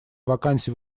вакансий